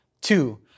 Two